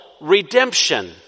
redemption